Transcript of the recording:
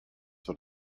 what